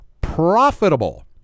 profitable